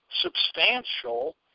substantial